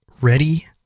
ready